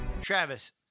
Travis